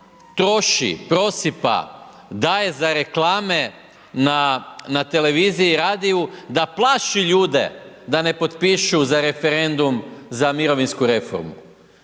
troši, propisa, daje za reklame na televiziji i radiju da plaši ljude da ne potpišu za referendum za mirovinsku reformu?